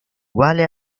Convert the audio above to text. uguale